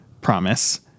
promise